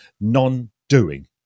non-doing